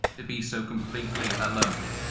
to be so completely alone?